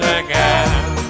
again